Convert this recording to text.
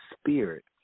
spirit